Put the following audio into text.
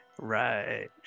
Right